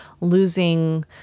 losing